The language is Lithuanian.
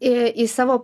į savo